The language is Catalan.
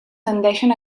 tendeixen